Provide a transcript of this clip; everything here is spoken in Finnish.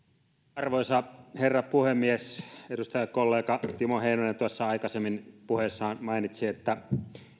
arvoisa herra puhemies edustajakollega timo heinonen tuossa aikaisemmin puheessaan mainitsi että